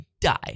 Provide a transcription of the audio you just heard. die